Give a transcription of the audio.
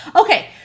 okay